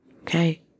okay